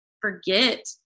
forget